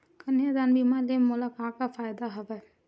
कन्यादान बीमा ले मोला का का फ़ायदा हवय?